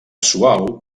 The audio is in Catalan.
suau